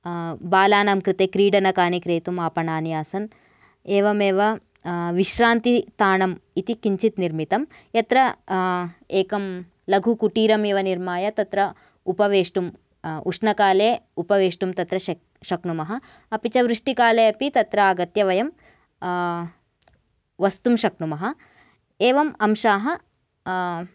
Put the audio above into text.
बालानां कृते क्रीडनकानि क्रेतुम् आपणानि आसन् एवमेव विश्रान्तिस्थानम् इति किञ्चित् निर्मितं यत्र एकं लघु कुटीरम् एव निर्माय तत्र उपवेष्टुं उष्णकाले उपवेष्टुं तत्र शक् शक्नुमः अपि च वृष्टिकाले अपि तत्र आगत्य वयं वसितुं शक्नुमः एवम् अंशाः